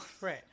Right